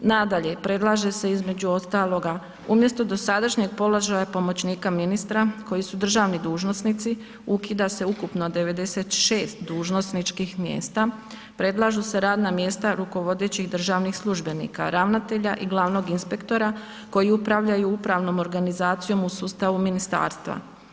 Nadalje, predlaže se između ostaloga umjesto dosadašnjeg položaja pomoćnika ministra koji su državni dužnosnici ukida se ukupno 96 dužnosničkih mjesta, predlažu se radna mjesta rukovodećih državnih službenika, ravnatelja i glavnog inspektora koji upravljaju upravnom organizacijom u sustavu ministarstva.